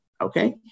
okay